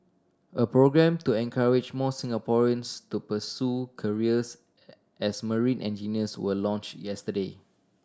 a programme to encourage more Singaporeans to pursue careers as marine engineers were launch yesterday